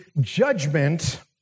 judgment